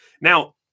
Now